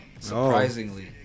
surprisingly